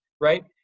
right